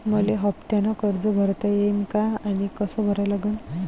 मले हफ्त्यानं कर्ज भरता येईन का आनी कस भरा लागन?